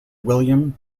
william